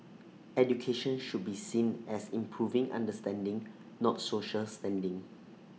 education should be seen as improving understanding not social standing